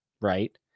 right